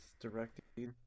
directly